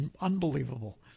unbelievable